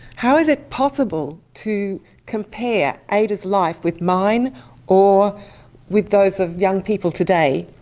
how is it possible to compare ada's life with mine or with those of young people today?